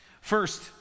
First